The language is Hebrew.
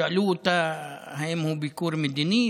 שאלו אותה אם הוא ביקור מדיני,